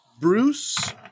Bruce